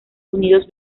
unidos